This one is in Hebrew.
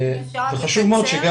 חשוב מאוד שגם